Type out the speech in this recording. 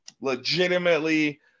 legitimately